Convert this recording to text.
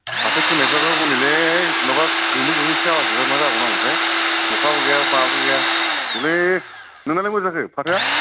फाथो फोनायफोराबो हनैलै माबा गोमो गोमोसो जालाजोबबाय मा जाबावनांगौथाय अखाबो गैया माबो गैया अ'लै नोंनालाय बोरै जाखो फाथोआ